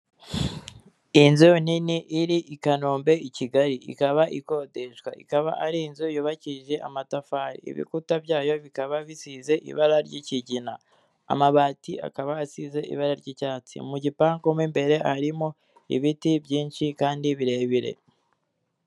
Inzu nini iri i kanombe i kigali, ikaba ikodeshwa, ikaba ari inzu yubakishijwe amatabari, ibikuta byayo bikaba bisizwe ibara ry'ikigina, amabati akaba asize ibara ry'icyatsi, mu gipangu mo imbere harimo ibiti byinshi kandi birebire.